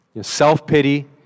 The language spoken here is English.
self-pity